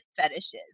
fetishes